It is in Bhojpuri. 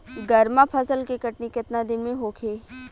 गर्मा फसल के कटनी केतना दिन में होखे?